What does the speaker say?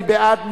מי בעד?